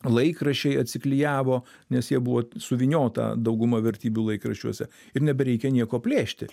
laikraščiai atsiklijavo nes jie buvo suvyniota dauguma vertybių laikraščiuose ir nebereikia nieko plėšti